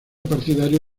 partidario